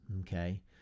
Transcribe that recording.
okay